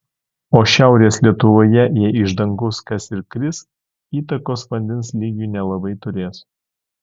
o šiaurės lietuvoje jei iš dangaus kas ir kris įtakos vandens lygiui nelabai turės